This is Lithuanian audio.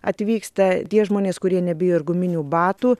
atvyksta tie žmonės kurie nebijo ir guminių batų